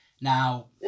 Now